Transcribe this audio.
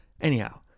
Anyhow